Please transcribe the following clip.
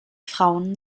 frauen